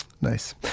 Nice